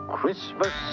Christmas